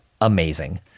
amazing